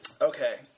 Okay